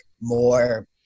more